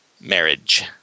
Marriage